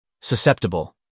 Susceptible